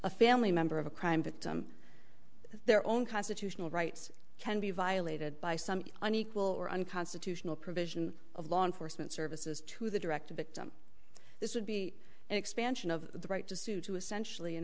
a family member of a crime victim their own constitutional rights can be violated by some unequal or unconstitutional provision of law enforcement services to the direct victim this would be an expansion of the right to sue to essentially an